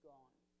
gone